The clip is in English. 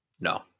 No